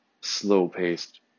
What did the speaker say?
slow-paced